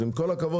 אז עם כל הכבוד,